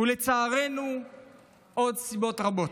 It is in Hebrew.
ולצערנו עוד סיבות רבות.